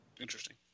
Interesting